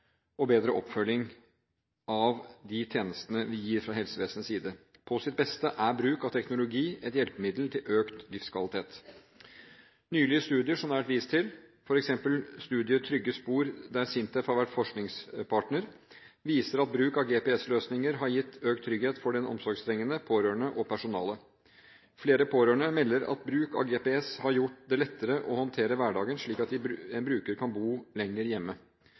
og bedre oppfølging av de tjenestene vi gir fra helsevesenets side. På sitt beste er bruk av teknologi et hjelpemiddel til økt livskvalitet. Nylige studier som det har vært vist til, f.eks. prosjektet Trygge spor, der SINTEF har vært forskningspartner, viser at bruk av GPS-løsninger har gitt økt trygghet for den omsorgstrengende, for pårørende og for personalet. Flere pårørende melder at bruk av GPS har gjort det lettere å håndtere hverdagen, slik at en bruker kan bo lenger hjemme.